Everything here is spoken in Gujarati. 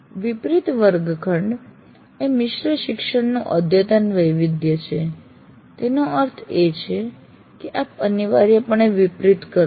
વિપરીત વર્ગખંડ એ મિશ્ર શિક્ષણનું અદ્યતન વૈવિધ્ય છે તેનો અર્થ એ કે આપ અનિવાર્યપણે વિપરીત કરો છો